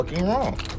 wrong